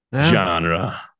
genre